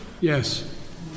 Yes